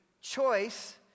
choice